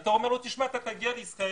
ואתה אומר לו: אתה תגיע לישראל